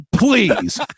please